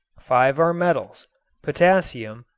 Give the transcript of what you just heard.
five are metals potassium,